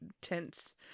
tense